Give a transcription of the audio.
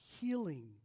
healing